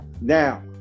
now